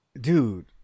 Dude